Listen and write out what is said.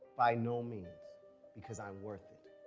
by no means because i'm worth it.